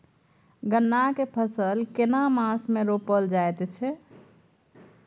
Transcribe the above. गन्ना के फसल केना मास मे रोपल जायत छै?